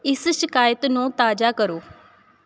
ਇਸ ਸ਼ਿਕਾਇਤ ਨੂੰ ਤਾਜ਼ਾ ਕਰੋ